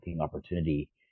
opportunity